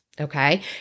Okay